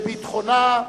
בביטחונה,